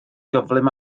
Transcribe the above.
gyflym